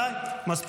די, מספיק.